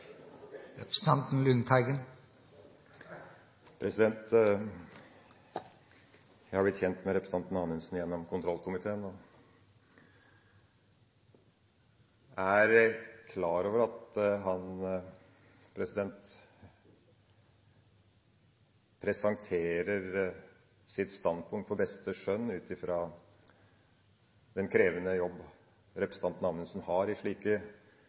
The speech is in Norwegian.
representanten Anundsen gjennom kontrollkomiteen og er klar over at han presenterer sitt standpunkt etter beste skjønn, ut fra den krevende jobb representanten Anundsen har i slike